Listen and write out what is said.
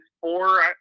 four